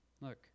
look